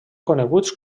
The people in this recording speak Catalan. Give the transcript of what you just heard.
coneguts